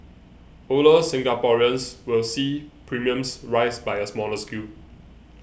older Singaporeans will see premiums rise by a smaller scale